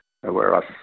whereas